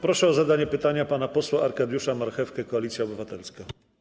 Proszę o zadanie pytania pana posła Arkadiusza Marchewkę, Koalicja Obywatelska.